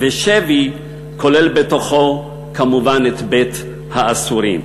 ושבי כולל בתוכו כמובן את בית-האסורים.